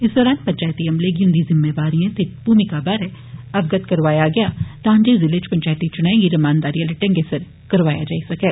इस दौरान पंचैती अमले गी उन्दी जिम्मेदारिये ते भूमिका बारै अवगत करोआया गेआ तां जे जिले च पंचैती चुनाएं गी रमानदारी आहले ढंगै सिर करोआया जाई सकै